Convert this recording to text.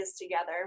together